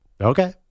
Okay